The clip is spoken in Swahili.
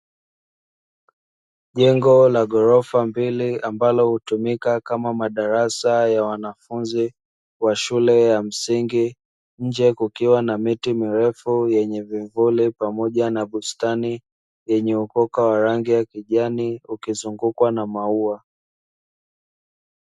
Jengo la ghorofa mbili ambalo hutumika kama madarasa ya wanafunzi wa shule ya msingi, nje kukiwa na miti mirefu yenyewe pamoja na bustani yenye ukoka wa rangi ya kijani ukizungukwa na maua.